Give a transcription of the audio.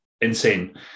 insane